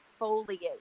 exfoliate